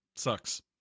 sucks